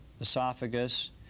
esophagus